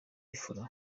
fla